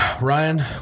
Ryan